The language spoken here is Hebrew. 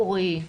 אורי,